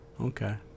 Okay